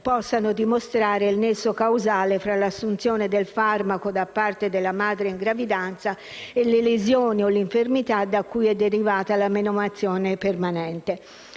possano dimostrare il nesso causale tra l'assunzione del farmaco da parte della madre in gravidanza e le lesioni o le infermità da cui è derivata la menomazione permanente.